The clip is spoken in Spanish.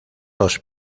los